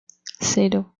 cero